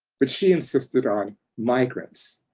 but she insisted on migrants.